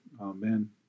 Amen